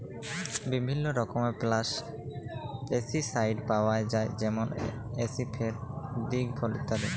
বিভিল্ল্য রকমের পেস্টিসাইড পাউয়া যায় যেমল আসিফেট, দিগফল ইত্যাদি